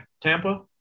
Tampa